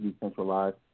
decentralized